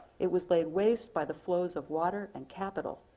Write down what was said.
it was laid waste by the flows of water and capital,